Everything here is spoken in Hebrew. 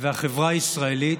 והחברה הישראלית,